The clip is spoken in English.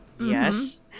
Yes